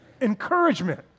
encouragement